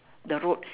the road